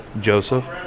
Joseph